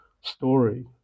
story